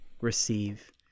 receive